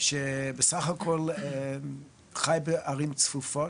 שבסך הכל חי בערים צפופות,